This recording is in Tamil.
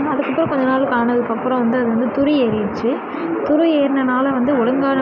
அதுக்கப்புறம் கொஞ்சம் நாள் ஆனதுக்கப்புறம் வந்து அது வந்து துரு ஏறிடுச்சு துரு ஏறினனால வந்து ஒழுங்கான